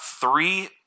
three